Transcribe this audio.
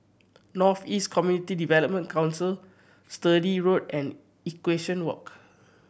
North East Community Development Council Sturdee Road and Equestrian Walk